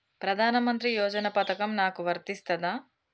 ప్రధానమంత్రి యోజన పథకం నాకు వర్తిస్తదా?